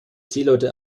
seeleute